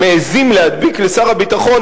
מעזים להדביק לשר הביטחון,